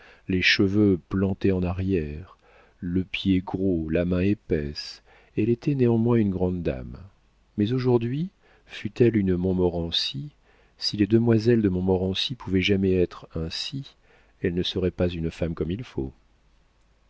les cheveux plantés en arrière le pied gros la main épaisse elle était néanmoins une grande dame mais aujourd'hui fût-elle une montmorency si les demoiselles de montmorency pouvaient jamais être ainsi elle ne serait pas une femme comme il faut